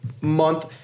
month